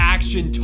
Action